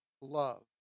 love